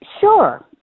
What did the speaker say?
Sure